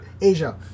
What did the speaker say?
Asia